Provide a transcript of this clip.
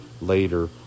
later